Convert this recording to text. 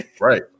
Right